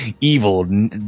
Evil